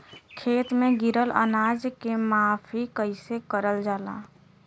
खेत में गिरल अनाज के माफ़ी कईसे करल जाला?